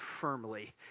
firmly